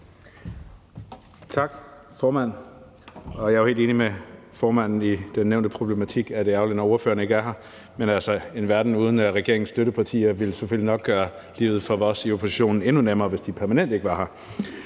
Tak, formand. Jeg er helt enig med formanden i den nævnte problematik, nemlig at det er ærgerligt, at ordførerne ikke er her, men altså, en verden uden regeringens støttepartier vil selvfølgelig nok gøre livet for os i oppositionen endnu nemmere, hvis det er permanent, at de ikke er her.